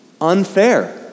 unfair